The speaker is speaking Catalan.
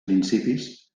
principis